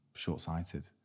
short-sighted